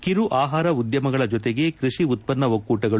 ಕಿರು ಆಹಾರ ಉದ್ದಮಗಳ ಜೊತೆಗೆ ಕೃಷಿ ಉತ್ಪನ್ನ ಒಕ್ಕೂಟಗಳು